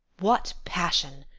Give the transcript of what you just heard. what passion!